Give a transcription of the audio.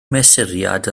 mesuriad